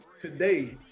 today